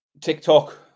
TikTok